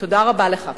תודה רבה לך.